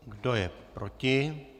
Kdo je proti?